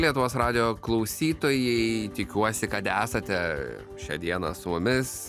lietuvos radijo klausytojai tikiuosi kad esate šią dieną su mumis